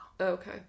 Okay